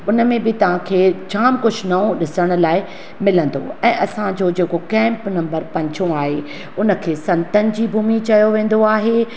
उन में बि तव्हां खे जामु कुझु नओं ॾिसण लाइ मिलंदो ऐं असांजो जेको कैंप नम्बर पंजों आहे उनखे संतनि जी भूमि चयो वेंदो आहे